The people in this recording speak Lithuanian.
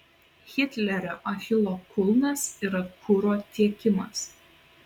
hitlerio achilo kulnas yra kuro tiekimas